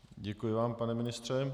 Děkuji vám, pane ministře.